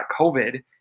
covid